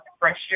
pressure